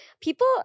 people